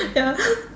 ya